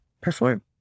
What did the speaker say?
perform